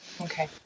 Okay